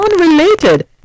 unrelated